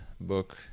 book